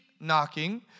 knocking